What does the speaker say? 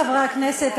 חברי חברי הכנסת,